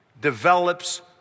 develops